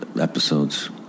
episodes